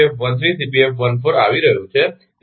તેથી આવી રહ્યું છે તેથી